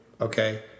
okay